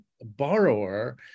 borrower